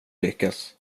lyckas